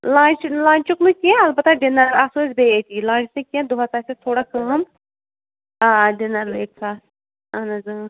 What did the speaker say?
lunch لَنچُک نہٕ کیٚنٛہہ اَلبتہ ڈِنَر آسو أسۍ بیٚیہِ أتی لَنچ نہٕ کیٚنٛہہ دۄہَس آسہِ ایٚس تھوڑا کٲم آ ڈِنَر ایک ساتھ اہن حظ اۭں